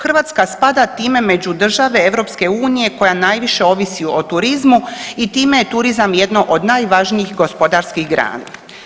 Hrvatska spada time među države EU koja najviše ovisi o turizmu i time je turizam jedno od najvažnijih gospodarskih grana.